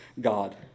God